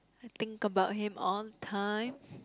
I think about him all the time